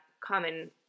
common